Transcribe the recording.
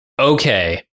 Okay